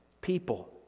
people